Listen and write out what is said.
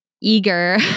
eager